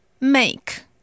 make